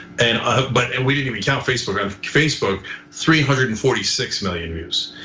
and ah but and we didn't even count facebook, on facebook three hundred and forty six million views.